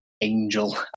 angel